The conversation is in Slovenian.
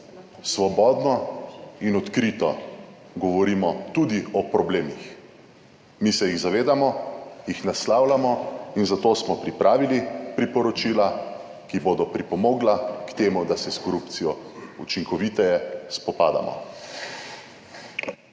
svobodno in odkrito govorimo tudi o problemih. Mi se jih zavedamo, jih naslavljamo in zato smo pripravili priporočila, ki bodo pripomogla k temu, da se s korupcijo učinkoviteje spopadamo.